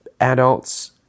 adults